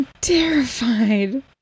Terrified